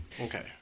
Okay